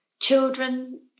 children